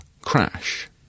crash